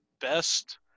best